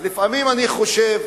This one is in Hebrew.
לפעמים אני חושב